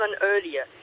earlier